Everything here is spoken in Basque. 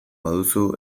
baduzu